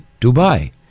Dubai